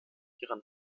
ihren